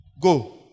Go